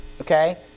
okay